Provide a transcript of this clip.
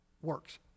works